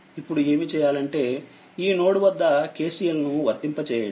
ఇప్పుడు ఏమి చేయాలంటే ఈ నోడ్ వద్దKCLనువర్తింప చేయండి